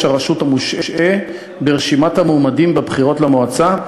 הרשות המושעה ברשימת המועמדים בבחירות למועצה,